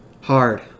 hard